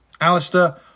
Alistair